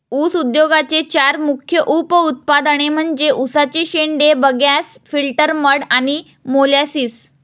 ऊस उद्योगाचे चार मुख्य उप उत्पादने म्हणजे उसाचे शेंडे, बगॅस, फिल्टर मड आणि मोलॅसिस